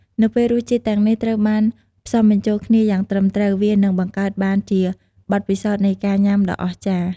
នៅពេលរសជាតិទាំងនេះត្រូវបានផ្សំបញ្ចូលគ្នាយ៉ាងត្រឹមត្រូវ វានឹងបង្កើតបានជាបទពិសោធន៍នៃការញ៉ាំដ៏អស្ចារ្យ។។